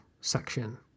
section